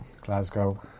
Glasgow